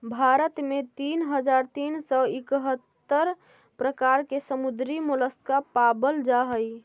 भारत में तीन हज़ार तीन सौ इकहत्तर प्रकार के समुद्री मोलस्का पाबल जा हई